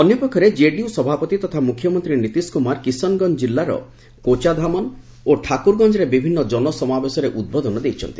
ଅନ୍ୟ ପକ୍ଷରେ ଜେଡିୟୁ ସଭାପତି ତଥା ମୁଖ୍ୟମନ୍ତ୍ରୀ ନୀତିଶ କୁମାର କିଶନଗଞ୍ଜ ଜିଲ୍ଲାର କୋଚାଧାମନ ଓ ଠାକୁରଗଞ୍ଜରେ ବିଭିନ୍ନ ଜନସମାବେଶରେ ଉଦ୍ବୋଧନ ଦେଇଛନ୍ତି